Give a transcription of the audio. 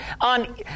on